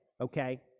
okay